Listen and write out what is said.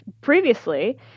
previously